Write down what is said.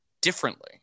differently